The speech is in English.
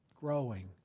growing